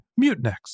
Mutinex